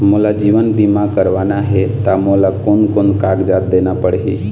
मोला जीवन बीमा करवाना हे ता मोला कोन कोन कागजात देना पड़ही?